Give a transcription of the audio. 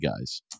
guys